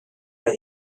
oedd